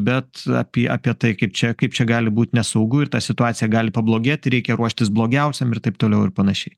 bet apie apie tai kaip čia kaip čia gali būt nesaugu ir ta situacija gali pablogėti reikia ruoštis blogiausiam ir taip toliau ir panašiai